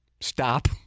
stop